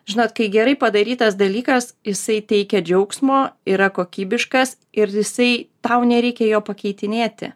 žinot kai gerai padarytas dalykas jisai teikia džiaugsmo yra kokybiškas ir jisai tau nereikia jo pakeitinėti